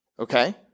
Okay